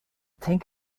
think